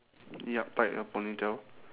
yup tied a ponytail